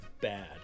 bad